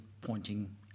pointing